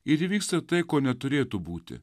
ir įvyksta tai ko neturėtų būti